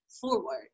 forward